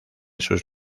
sus